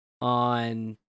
on